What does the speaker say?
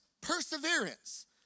perseverance